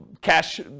cash